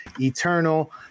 Eternal